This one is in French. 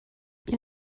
ils